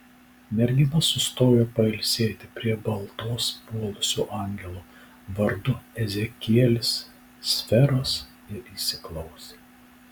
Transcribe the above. mergina sustojo pailsėti prie baltos puolusio angelo vardu ezekielis sferos ir įsiklausė